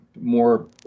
more